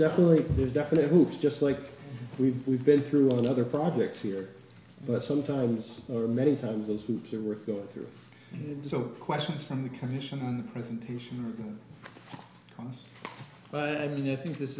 definitely there's definitely hoops just like we've we've been through on other projects here but sometimes for many times those hoops are worth going through so questions from the commission presentation but i mean i think this